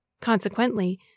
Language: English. Consequently